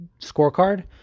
scorecard